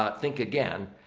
ah think again.